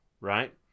right